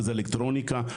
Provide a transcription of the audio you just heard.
וזה אלקטרוניקה,